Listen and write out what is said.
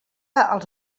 als